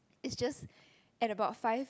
is just at about five